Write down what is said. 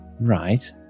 Right